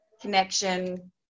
connection